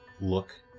look